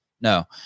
no